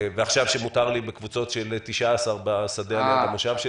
ועכשיו שמותר לי בקבוצות של 19 בשדה במושב שלי.